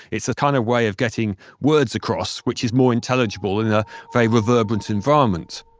it's a kind of way of getting words across which is more intelligible in a very reverberant environment